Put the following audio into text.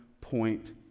point